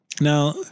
Now